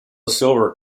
silver